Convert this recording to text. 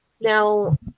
Now